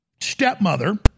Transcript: stepmother